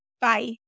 Bye